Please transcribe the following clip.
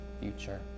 future